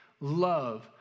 love